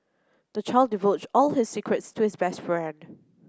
the child divulged all his secrets to his best friend